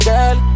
Girl